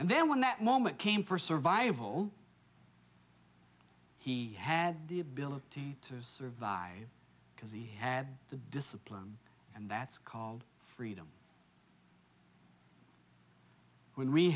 and then when that moment came for survival he had the ability to survive because he had the discipline and that's called freedom when we